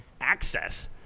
access